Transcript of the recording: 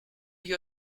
you